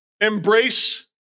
embrace